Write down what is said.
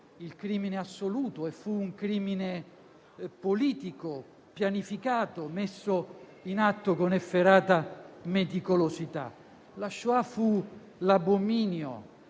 il crimine assoluto e fu un crimine politico, pianificato e messo in atto con efferata meticolosità. La *shoah* fu l'abominio